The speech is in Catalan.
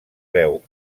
veu